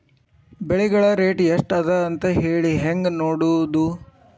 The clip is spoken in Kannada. ಬೆಳೆಗಳ ರೇಟ್ ಎಷ್ಟ ಅದ ಅಂತ ಹೇಳಿ ಹೆಂಗ್ ನೋಡುವುದು?